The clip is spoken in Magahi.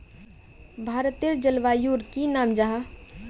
भारतेर जलवायुर की नाम जाहा?